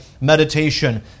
meditation